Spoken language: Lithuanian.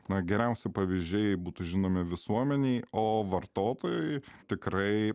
na geriausi pavyzdžiai būtų žinomi visuomenei o vartotojai tikrai